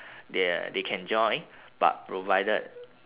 they are they can join but provided